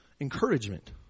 Encouragement